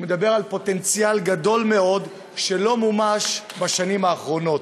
מדבר על פוטנציאל גדול מאוד שלא מומש בשנים האחרונות.